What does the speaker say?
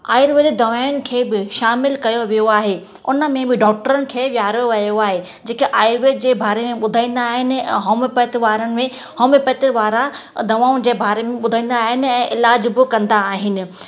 आयुर्वेदिक दवाउनि खे बि शामिलु कयो वियो आहे उन में बि डॉक्टरनि खे विहारियो वियो आहे जेके आयुर्वेद जे बारे में ॿुधाईंदा आहिनि अ होम्योपेथ वारनि में होम्योपेथिक वारा दवाउनि जे बारे में ॿुधाईंदा आहिनि ऐं इलाजु बि कंदा आहिनि